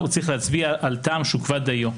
הוא צריך להצביע על טעם שהוא --- דיו.